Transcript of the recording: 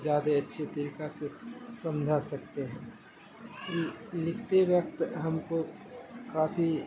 زیادہ اچھی طریقہ سے سمجھا سکتے ہیں لکھتے وقت ہم کو کافی